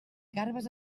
garbes